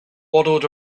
waddled